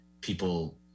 people